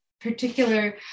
particular